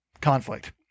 conflict